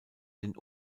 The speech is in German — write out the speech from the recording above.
den